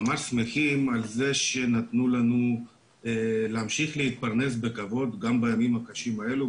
ממש שמחים על זה שנתנו לנו להמשיך להתפרנס בכבוד גם בימים הקשים האלו,